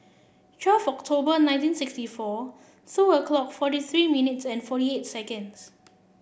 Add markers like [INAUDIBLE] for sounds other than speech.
twelve October nineteen sixty four [UNINTELLIGIBLE] clock forty three minutes and forty eight seconds